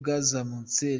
bwazamutse